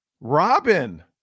Robin